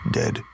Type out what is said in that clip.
dead